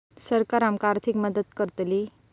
सरकार आमका आर्थिक मदत करतली?